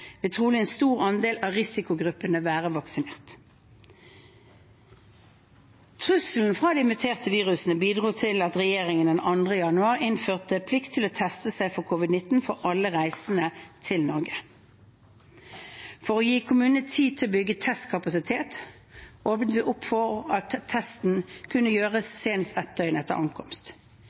trolig en stor andel av risikogruppene være vaksinert. Trusselen fra de muterte virusene bidro til at regjeringen den 2. januar innførte plikt til å teste seg for covid-19 for alle reisende til Norge. For å gi kommunene tid til å bygge testkapasitet åpnet vi opp for at testen kunne gjøres senest ett døgn etter ankomst.